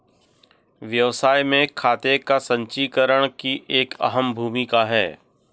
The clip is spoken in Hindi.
व्यवसाय में खाते का संचीकरण की एक अहम भूमिका है